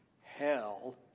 Hell